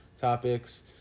topics